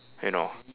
you know